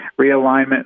realignment